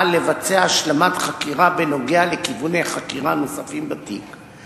לבצע השלמת חקירה בנוגע לכיווני חקירה נוספים בתיק,